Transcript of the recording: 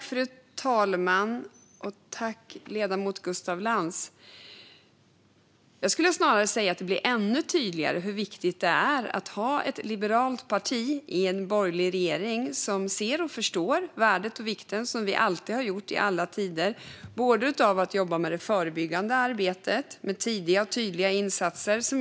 Fru talman! Tack för frågan, ledamoten Gustaf Lantz! Jag skulle snarare säga att det blir ännu tydligare hur viktigt det är att ha ett liberalt parti i en borgerlig regering som ser och förstår - vilket vi har gjort i alla tider - värdet och vikten av att jobba med det förebyggande arbetet och med tidiga och tydliga insatser.